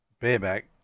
bareback